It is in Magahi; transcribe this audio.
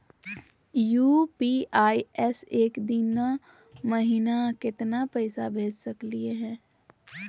यू.पी.आई स एक दिनो महिना केतना पैसा भेज सकली हे?